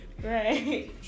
Right